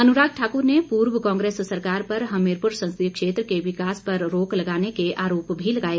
अनुराग ठाकुर ने पूर्व कांग्रेस सरकार पर हमीरपुर संसदीय क्षेत्र के विकास पर रोक लगाने के आरोप भी लगाए